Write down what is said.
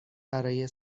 برای